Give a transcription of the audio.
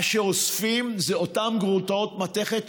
מה שאוספים זה אותן גרוטאות מתכת,